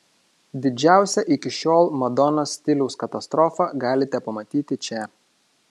didžiausią iki šiol madonos stiliaus katastrofą galite pamatyti čia